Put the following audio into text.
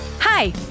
Hi